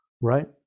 Right